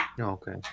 okay